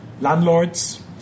landlords